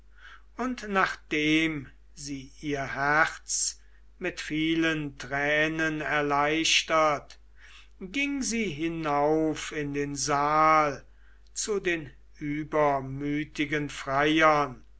und nachdem sie ihr herz mit vielen tränen erleichtert ging sie hinauf in den saal zu den übermütigen freiern